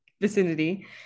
vicinity